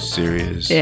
serious